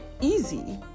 easy